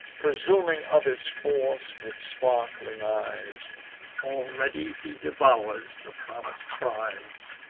presuming of his force, with sparkling eyes already he devours the promis'd prize.